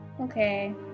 Okay